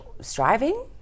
striving